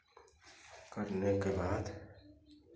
करने के बाद